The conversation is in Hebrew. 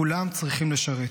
כולם צריכים לשרת.